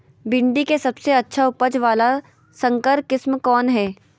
भिंडी के सबसे अच्छा उपज वाला संकर किस्म कौन है?